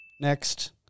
Next